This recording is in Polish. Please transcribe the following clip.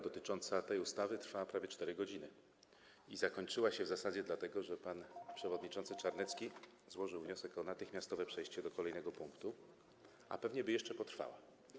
dotycząca tej ustawy trwała prawie 4 godziny i w zasadzie zakończyła się, dlatego że pan przewodniczący Czarnecki złożył wniosek o natychmiastowe przejście do kolejnego punktu, a inaczej pewnie by jeszcze potrwała.